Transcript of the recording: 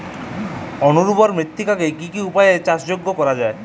অনুর্বর মৃত্তিকাকে কি কি উপায়ে চাষযোগ্য করা যায়?